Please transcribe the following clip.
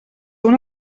una